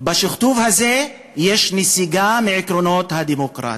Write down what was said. בשכתוב הזה יש נסיגה מעקרונות הדמוקרטיה.